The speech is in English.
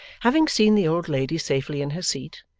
having seen the old lady safely in her seat,